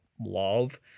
love